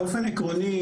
באופן עקרוני,